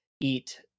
eat